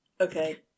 Okay